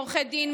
עורכי דין,